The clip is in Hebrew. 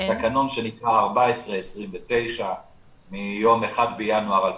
תקנון שנקרא 1429 מיום 1 בינואר 2017,